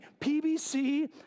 PBC